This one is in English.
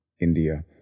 India